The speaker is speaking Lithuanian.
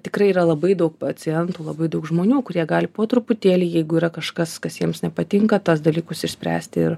tikrai yra labai daug pacientų labai daug žmonių kurie gali po truputėlį jeigu yra kažkas kas nepatinka tas dalykus išspręsti ir